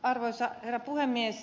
arvoisa herra puhemies